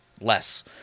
less